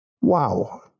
Wow